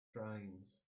trains